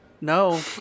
no